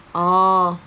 oh